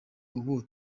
ubu